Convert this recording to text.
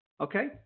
Okay